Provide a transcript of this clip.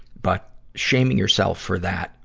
but, shaming yourself for that,